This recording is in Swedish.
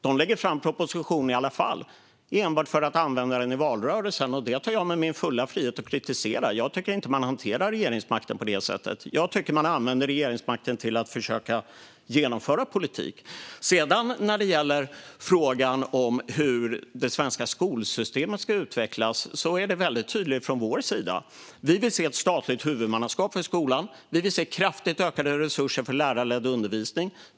De lägger fram en proposition i alla fall, enbart för att använda den i valrörelsen, och det tar jag mig min fulla frihet att kritisera. Jag tycker inte att man hanterar regeringsmakten på det sättet. Jag tycker att man ska använda regeringsmakten till att försöka genomföra politik. När det gäller frågan om hur det svenska skolsystemet ska utvecklas är det väldigt tydligt från vår sida. Vi vill se ett statligt huvudmannaskap för skolan. Vi vill se kraftigt ökade resurser för lärarledd undervisning.